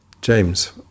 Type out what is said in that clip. James